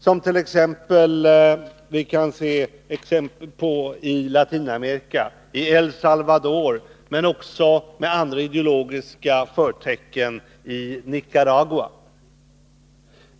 Vi kan se exempel på det i Latinamerika och El Salvador, men också med andra ideologiska förtecken i Nicaragua.